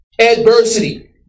adversity